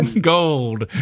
gold